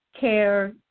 care